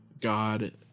God